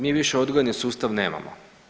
Mi više odgojni sustav nemamo.